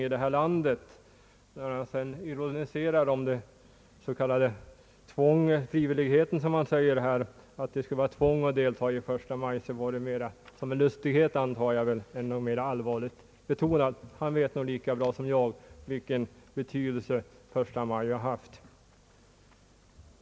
När sedan herr Ferdinand Nilsson ironiserade över frivilligheten och sade att det skulle vara ett tvång att deltaga i 1 majdemonstrationerna var detta väl mer avsett som en lustighet, antar jag, än en allvarligt betonad beskyllning. Han vet nog lika bra som jag vilken betydelse 1 maj haft.